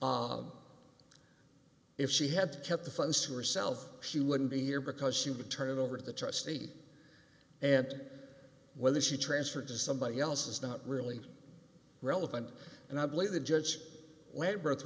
here if she had kept the funds to herself she wouldn't be here because she would turn it over to the trustee and whether she transferred to somebody else is not really relevant and i believe the judge